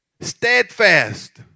steadfast